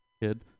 kid